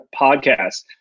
Podcast